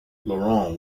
laurent